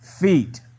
feet